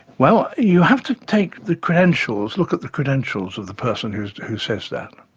well, you have to take the credentials, look at the credentials of the person who who says that.